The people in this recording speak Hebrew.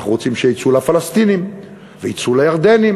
אנחנו רוצים שיהיה ייצוא לפלסטינים וייצוא לירדנים,